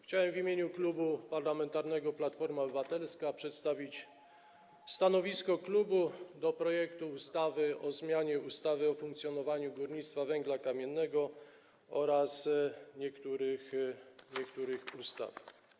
Chciałbym w imieniu Klubu Parlamentarnego Platforma Obywatelska przedstawić stanowisko klubu odnośnie do projektu ustawy o zmianie ustawy o funkcjonowaniu górnictwa węgla kamiennego oraz niektórych innych ustaw.